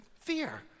fear